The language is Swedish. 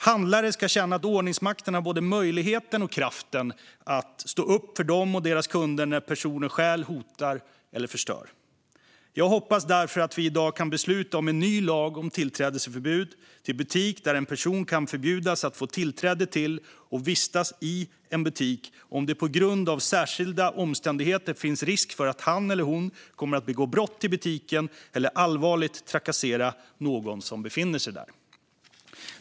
Handlare ska känna att ordningsmakten har både möjligheten och kraften att stå upp för dem och deras kunder när personer stjäl, hotar eller förstör. Jag hoppas därför att vi i dag kan besluta om en ny lag om tillträdesförbud till butik. I och med denna lag ska en person kunna förbjudas att få tillträde till och vistas i en butik om det på grund av särskilda omständigheter finns risk för att han eller hon kommer att begå brott i butiken eller allvarligt trakassera någon som befinner sig där.